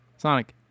Sonic